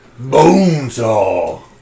Bonesaw